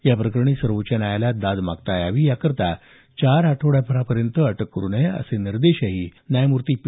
याप्रकरणी सर्वोच्च न्यायालयात दाद मागता यावी याकरता चार आठवडाभरापर्यंत अटक करू नये असे निर्देशही न्यायमूर्ती पी